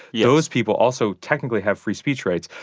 yeah those people also technically have free speech rights.